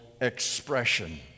expression